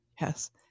Yes